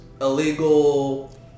Illegal